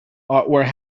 were